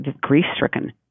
grief-stricken